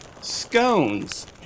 scones